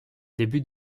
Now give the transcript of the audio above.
début